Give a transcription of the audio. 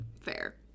fair